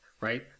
right